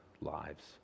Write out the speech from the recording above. lives